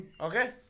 Okay